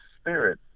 spirit